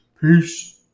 Peace